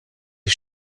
die